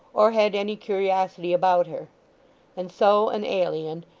or had any curiosity about her and so, an alien,